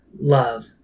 love